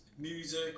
Music